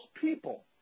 people